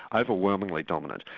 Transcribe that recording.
overwhelmingly dominant.